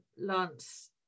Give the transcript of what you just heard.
Lance